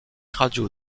radio